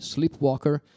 Sleepwalker